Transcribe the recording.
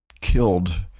killed